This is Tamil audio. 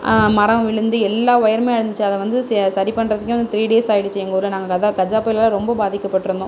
மரம் விழுந்து எல்லா ஒயருமே அறுந்துடுச்சு அதை வந்து செ சரி பண்ணுறத்துக்கே வந்து த்ரீ டேஸ் ஆகிடுச்சி எங்கள் ஊரில் நாங்கள் அதான் கஜா புயலால் ரொம்ப பாதிக்கப்பட்டிருந்தோம்